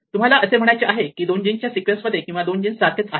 तुम्हाला असे म्हणायचे आहे की दोन जीन्सच्या सिक्वेन्स किंवा दोन जीन्स सारखेच आहेत